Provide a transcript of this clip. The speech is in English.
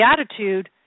attitude